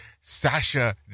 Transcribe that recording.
Sasha